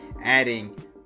adding